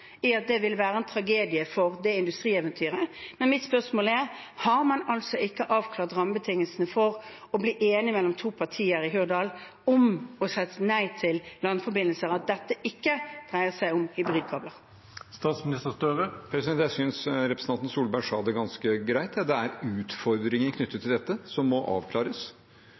i at det ville være en tragedie for industrieventyret, men mitt spørsmål er: Har man altså ikke avklart rammebetingelsene for å bli enige mellom to partier i Hurdal om å si nei til landforbindelser – at dette ikke dreier seg om hybridkabler? Jeg synes representanten Solberg sa det ganske greit. Det er utfordringer som må avklares knyttet til dette.